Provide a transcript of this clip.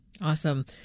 Awesome